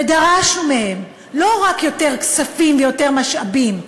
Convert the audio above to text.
ודרשנו מהם לא רק יותר כספים ויותר משאבים,